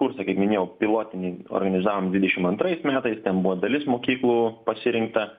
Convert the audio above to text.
kursą kaip minėjau pilotinį organizavom dvidešim antrais metais ten buvo dalis mokyklų pasirinkta